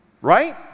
Right